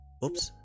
Oops